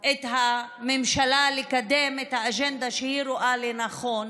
את הממשלה לקדם את האג'נדה שהיא רואה לנכון,